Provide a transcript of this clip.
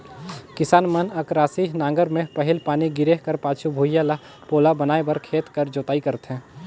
किसान मन अकरासी नांगर मे पहिल पानी गिरे कर पाछू भुईया ल पोला बनाए बर खेत कर जोताई करथे